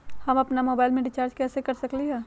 हम अपन मोबाइल में रिचार्ज कैसे कर सकली ह?